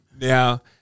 Now